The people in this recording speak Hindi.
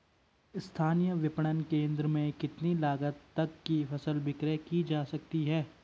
स्थानीय विपणन केंद्र में कितनी लागत तक कि फसल विक्रय जा सकती है?